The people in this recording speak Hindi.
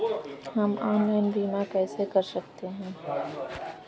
हम ऑनलाइन बीमा कैसे कर सकते हैं?